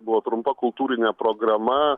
buvo trumpa kultūrinė programa